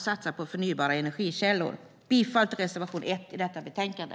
Satsa på förnybara energikällor! Jag yrkar bifall till reservationen i detta betänkande.